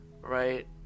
right